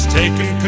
taken